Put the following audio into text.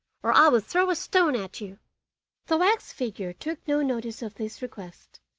or i will throw a stone at you the wax figure took no notice of this request,